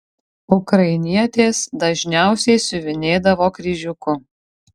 ukrainietės dažniausiai siuvinėdavo kryžiuku